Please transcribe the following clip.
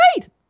great